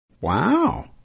Wow